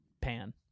Pan